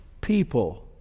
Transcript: people